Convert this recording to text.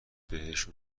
بهشون